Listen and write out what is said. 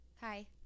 hi